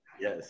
Yes